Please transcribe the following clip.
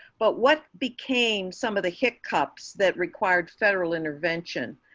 but what became some of the hiccups that required federal intervention.